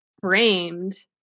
framed